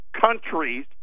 countries